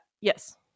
yes